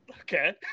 Okay